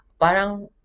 parang